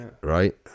right